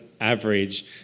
average